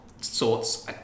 sorts